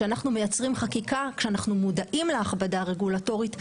שאנחנו מייצרים חקיקה כשאנחנו מודעים להכבדה הרגולטורית.